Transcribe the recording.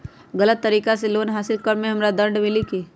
गलत तरीका से लोन हासिल कर्म मे हमरा दंड मिली कि?